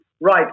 right